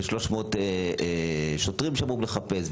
שלוש מאות שוטרים שאמורים לחפש,